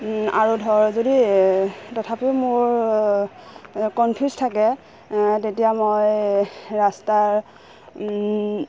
আৰু ধৰ যদি তথাপিও মোৰ কনফিউজ থাকে তেতিয়া মই ৰাস্তাৰ